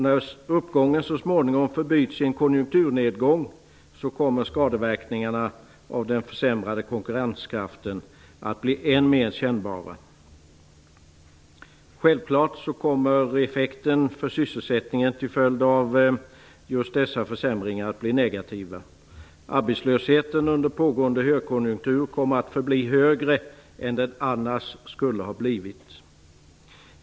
När uppgången så småningom förbyts i en konjunkturnedgång kommer skadeverkningarna av den försämrade konkurrenskraften att bli än mer kännbara. Självklart kommer effekten för sysselsättningen av regeringens försämringar att bli negativ. Arbetslösheten kommer att förbli högre än den annars skulle ha varit under pågående högkonjunktur.